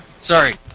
Sorry